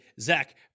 Zach